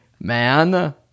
man